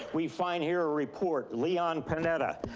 we find here a report, leon penetta.